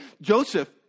Joseph